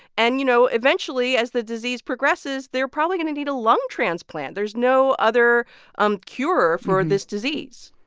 and, you know, eventually, as the disease progresses, they're probably going to need a lung transplant. there's no other um cure for this disease.